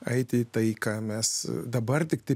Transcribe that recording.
eiti į tai ką mes dabar tiktai